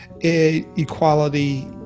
equality